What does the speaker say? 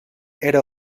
era